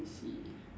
I see